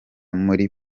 muli